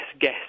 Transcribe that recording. guess